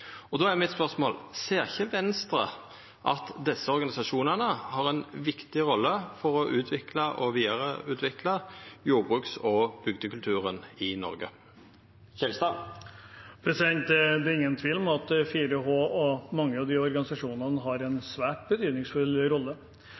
fleirtalet. Då er spørsmålet mitt: Ser ikkje Venstre at desse organisasjonane har ei viktig rolle i å utvikla og vidareutvikla jordbruks- og bygdekulturen i Noreg? Det er ingen tvil om at 4H og mange av disse organisasjonene har